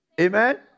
Amen